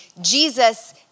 Jesus